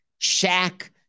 Shaq